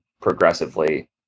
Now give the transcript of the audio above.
progressively